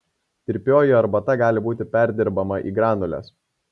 tirpioji arbata gali būti perdirbama į granules